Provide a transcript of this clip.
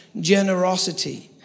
generosity